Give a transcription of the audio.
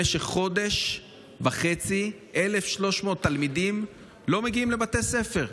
במשך חודש וחצי 1,300 תלמידים לא מגיעים לבתי ספר.